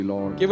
Lord